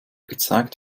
gezeigt